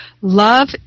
Love